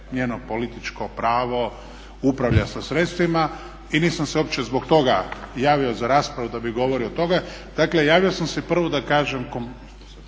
njeno političko pravo upravljat sa sredstvima i nisam se uopće zbog toga javio za raspravu da bi govorio o tome. Dakle, javio sam se prvo da kažem